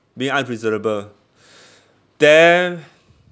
being unreasonable then